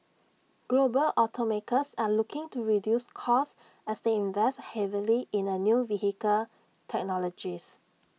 global automakers are looking to reduce costs as they invest heavily in new vehicle technologies